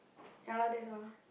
ya lah that's all